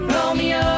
Romeo